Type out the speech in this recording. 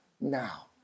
now